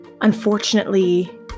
unfortunately